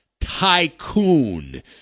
Tycoon